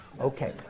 Okay